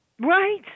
Right